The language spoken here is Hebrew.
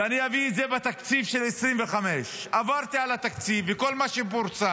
ואני אביא את זה בתקציב של 2025. עברתי על התקציב וכל מה שפורסם,